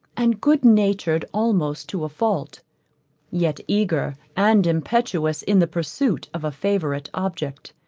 and good-natured almost to a fault yet eager and impetuous in the pursuit of a favorite object,